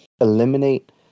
eliminate